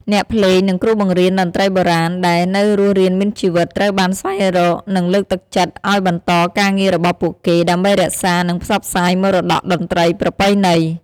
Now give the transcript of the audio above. អ្នកភ្លេង និងគ្រូបង្រៀនតន្ត្រីបុរាណ ដែលនៅរស់រានមានជីវិត ត្រូវបានស្វែងរក និងលើកទឹកចិត្តឱ្យបន្តការងាររបស់ពួកគេ ដើម្បីរក្សា និងផ្សព្វផ្សាយមរតកតន្ត្រីប្រពៃណី។